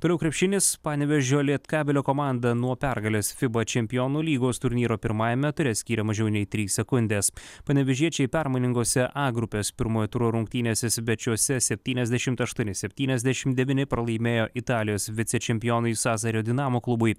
toliau krepšinis panevėžio lietkabelio komanda nuo pergalės fiba čempionų lygos turnyro pirmajame ture skyrė mažiau nei trys sekundės panevėžiečiai permainingose a grupės pirmojo turo rungtynėse svečiuose septyniasdešimt aštuoni septyniasdešimt devyni pralaimėjo italijos vicečempionui sazario dinamo klubui